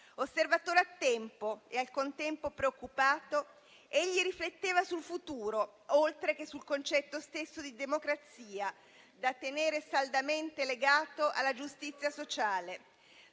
Osservatore attento e al contempo preoccupato, egli rifletteva sul futuro, oltre che sul concetto stesso di democrazia, da tenere saldamente legato alla giustizia sociale;